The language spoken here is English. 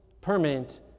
permanent